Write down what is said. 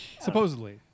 Supposedly